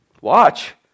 Watch